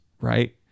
right